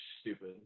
stupid